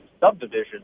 subdivision